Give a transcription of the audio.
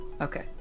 okay